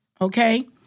Okay